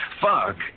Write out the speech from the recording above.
Fuck